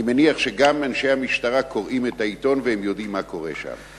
אני מניח שגם אנשי המשטרה קוראים את העיתון והם יודעים מה קורה שם.